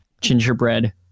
gingerbread